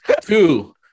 two